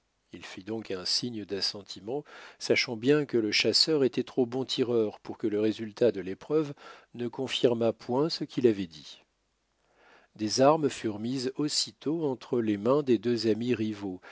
il fit donc un signe d'assentiment sachant bien que le chasseur était trop bon tireur pour que le résultat de l'épreuve ne confirmât point ce qu'il avait dit des armes furent mises aussitôt entre les mains des deux amis rivaux